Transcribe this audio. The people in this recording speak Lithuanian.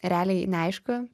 realiai neaišku